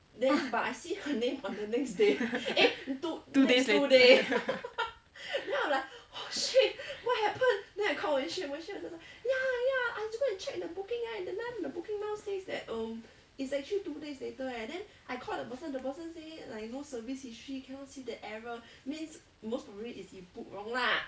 two days later